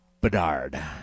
bedard